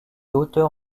hauteur